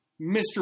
Mr